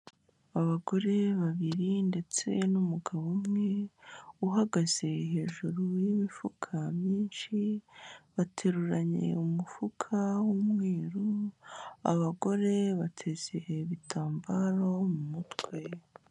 Abagore babiri ndetse n'umugabo umwe, uhagaze hejuru y'imifuka myinshi, bateruranye umufuka w'umweru, abagore bateza ibitambaro mu mutwe.